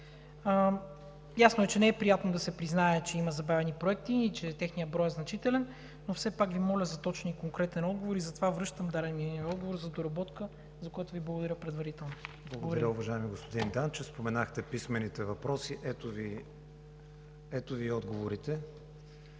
Ясно е, че не е приятно да се признае, че има забавени проекти и че техният брой е значителен, но все пак Ви моля за точен и конкретен отговор и затова връщам дадения отговор за доработка, за което Ви благодаря предварително. ПРЕДСЕДАТЕЛ КРИСТИАН ВИГЕНИН: Благодаря, уважаеми господин Данчев. Споменахте писмените въпроси – ето Ви отговорите.